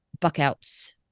Buckout's